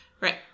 Right